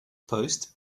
post